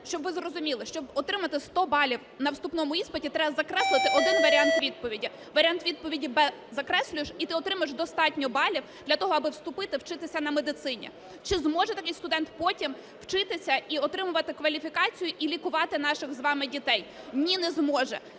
щоб ви зрозуміли, щоб отримати 100 балів на вступному іспиті, треба закреслити один варіант відповіді, варіант відповіді "б" закреслюєш і ти отримуєш достатньо балів для того, аби вступити вчитися на медицині. Чи зможе такий студент потім вчитися і отримувати кваліфікацію і лікувати наших з вами дітей? Ні, не зможе.